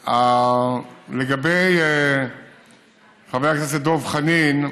לגבי חבר הכנסת דב חנין,